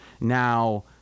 Now